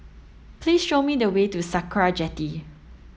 please show me the way to Sakra Jetty